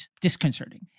disconcerting